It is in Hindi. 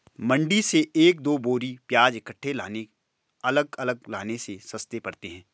मंडी से एक दो बोरी प्याज इकट्ठे लाने अलग अलग लाने से सस्ते पड़ते हैं